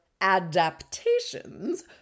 adaptations